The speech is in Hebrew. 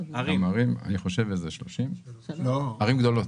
אני חושב 30 ערים גדולות.